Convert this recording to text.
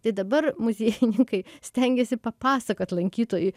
tai dabar muziejininkai stengiasi papasakot lankytojui